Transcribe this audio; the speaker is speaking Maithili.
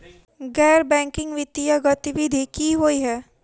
गैर बैंकिंग वित्तीय गतिविधि की होइ है?